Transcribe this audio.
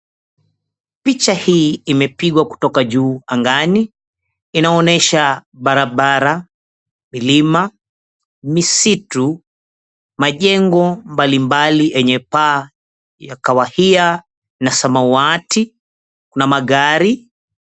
Picha hii imepigwa kutoka juu angani. Inaonyesha barabara, milima, misitu, majengo mbalimbali yenye paa ya kahawia na samawati, kuna magari.